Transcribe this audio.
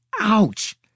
Ouch